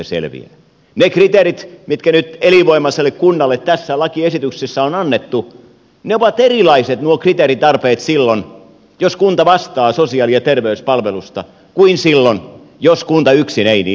ne kriteerit mitkä nyt elinvoimaiselle kunnalle tässä lakiesityksessä on annettu ovat erilaiset nuo kriteeritarpeet silloin jos kunta vastaa sosiaali ja terveyspalveluista kuin silloin jos kunta yksin ei niistä vastaa